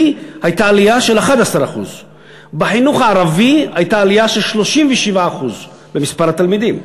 הייתה עלייה של 11%; בחינוך הערבי הייתה עלייה של 37% במספר התלמידים,